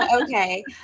Okay